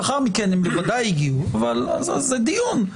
לאחר מכן הם בוודאי הגיעו, זה דיון,